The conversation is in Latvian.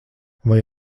vai